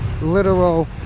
literal